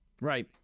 Right